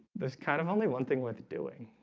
this kind of only one thing worth doing